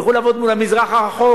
יוכלו לעבוד מול המזרח הרחוק,